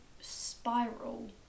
spiral